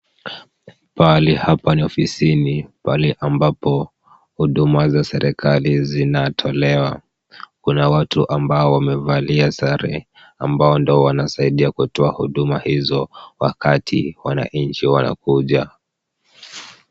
Pahali hapa ni ofisisni, pahali ambapo huduma za serikali zinatolewa. Kuna watu ambao wamevalia sare, ambao ndio wanasaidia kutoa huduma hizo wakati wananchi wanakuja.